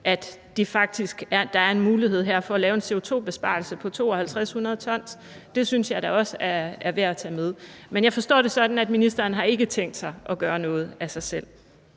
at der her er en mulighed for at lave en CO2-besparelse på 5.200 t. Det synes jeg da også er værd at tage med. Men jeg forstår det sådan, at ministeren ikke har tænkt sig at gøre noget af sig selv.